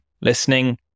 listening